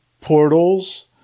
portals